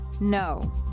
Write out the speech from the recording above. no